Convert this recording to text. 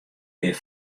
pear